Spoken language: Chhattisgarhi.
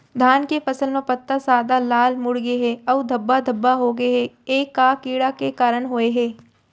धान के फसल म पत्ता सादा, लाल, मुड़ गे हे अऊ धब्बा धब्बा होगे हे, ए का कीड़ा के कारण होय हे?